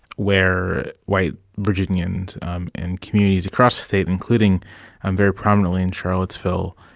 where white virginians in communities across the state, including and very prominently in charlottesville,